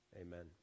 Amen